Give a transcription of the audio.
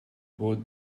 what